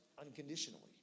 unconditionally